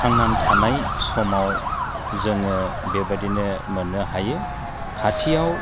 थांनानै थानाय समाव जोङो बेबादिनो मोननो हायो खाथियाव